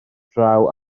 draw